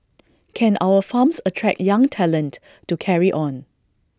can our farms attract young talent to carry on